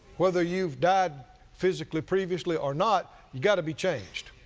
whether you've died physically, previously or not, you got to be changed.